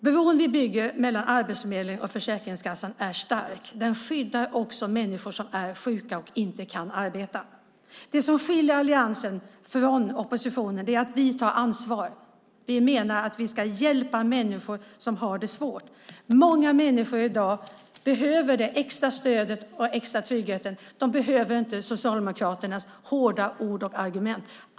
Bron vi bygger mellan Arbetsförmedlingen och Försäkringskassan är stark. Den skyddar också människor som är sjuka och inte kan arbeta. Det som skiljer oss i alliansen från oppositionen är att vi tar ansvar. Vi menar att människor som har det svårt ska få hjälp. I dag behöver många människor det extra stödet och den extra tryggheten. De behöver inte Socialdemokraternas hårda ord och argument.